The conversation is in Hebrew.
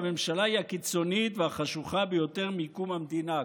והממשלה היא הקיצונית והחשוכה ביותר מקום המדינה,